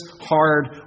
hard